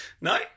No